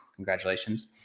Congratulations